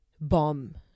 bomb